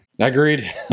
Agreed